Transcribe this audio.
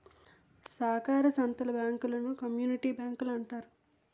సాకార సంత్తల బ్యాంకులను కమ్యూనిటీ బ్యాంకులంటారు